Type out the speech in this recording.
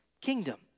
kingdom